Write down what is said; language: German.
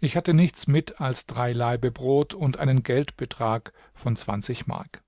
ich hatte nichts mit als drei laibe brot und einen geldbetrag von zwanzig mark